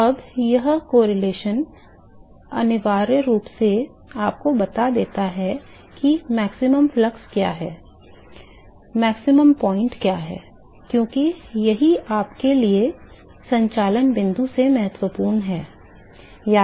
तो अब यह सहसंबंध अनिवार्य रूप से आपको देता है कि अधिकतम प्रवाह क्या है अधिकतम बिंदु क्या है क्योंकि यही आपके लिए संचालन बिंदु से महत्वपूर्ण है